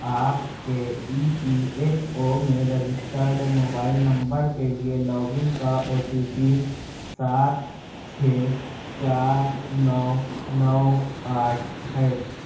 آپ کے E P F O میں رجسٹرڈ موبائل نمبر کے لیے لاگ ان کا او ٹی پی سات چھ چار نو نو آٹھ ہے